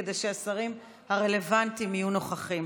כדי שהשרים הרלוונטיים יהיו נוכחים.